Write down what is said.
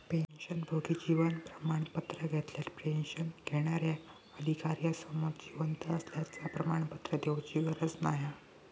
पेंशनभोगी जीवन प्रमाण पत्र घेतल्यार पेंशन घेणार्याक अधिकार्यासमोर जिवंत असल्याचा प्रमाणपत्र देउची गरज नाय हा